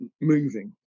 moving